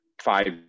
five